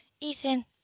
Ethan